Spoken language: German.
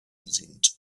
sind